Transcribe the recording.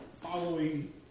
following